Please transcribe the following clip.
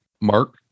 Mark